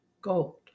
gold